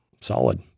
Solid